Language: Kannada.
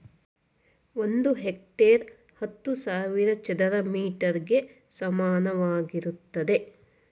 ಒಂದು ಹೆಕ್ಟೇರ್ ಹತ್ತು ಸಾವಿರ ಚದರ ಮೀಟರ್ ಗೆ ಸಮಾನವಾಗಿರುತ್ತದೆ